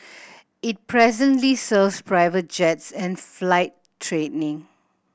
it presently serves private jets and flight training